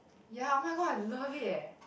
ya oh-my-god I love it eh